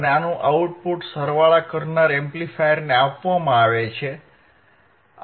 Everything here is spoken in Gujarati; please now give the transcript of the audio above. અને આનું આઉટપુટ સરવાળા કરનાર એમ્પ્લીફાયરને આપવામાં આવે છે